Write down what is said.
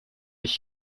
ich